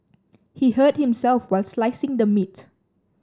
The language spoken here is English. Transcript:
he hurt himself while slicing the meat